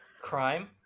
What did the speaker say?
crime